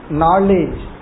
knowledge